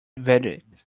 verdict